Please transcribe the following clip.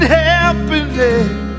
happiness